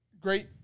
Great